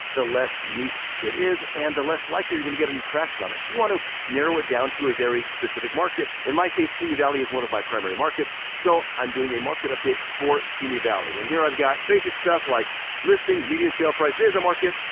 the less niched it is, and the less likely you're gonna get any traction on it. so you want to narrow it down to a very specific market. in my case, simi valley is one of my primary markets. so i'm doing a market update for simi valley. and here i've got basic stuff like listings, median sale price, days on market,